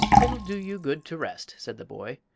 it'll do you good to rest, said the boy.